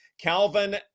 Calvin